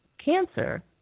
Cancer